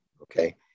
Okay